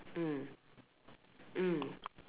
mm mm